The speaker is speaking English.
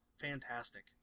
fantastic